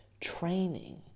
training